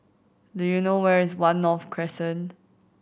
do you know where is One North Crescent